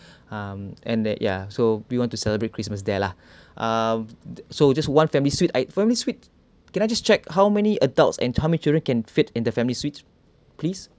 um and that ya so we want to celebrate christmas there lah uh so just one family suite I family suite can I just check how many adults and how many children can fit in the family suite please